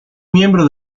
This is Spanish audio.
miembro